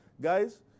Guys